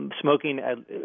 smoking